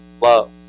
love